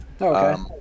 Okay